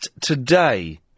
today